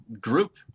group